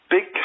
Big